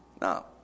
No